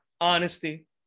honesty